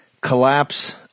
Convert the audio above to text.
collapse